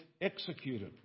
executed